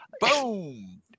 Boom